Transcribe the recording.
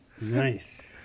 Nice